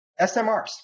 SMRs